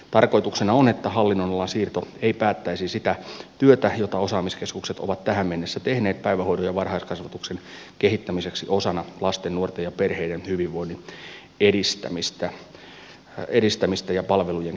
tarkoituksena on että hallinnonalan siirto ei päättäisi sitä työtä jota osaamiskeskukset ovat tähän mennessä tehneet päivähoidon ja varhaiskasvatuksen kehittämiseksi osana lasten nuorten ja perheiden hyvinvoinnin edistämistä ja palvelujen kehittämistä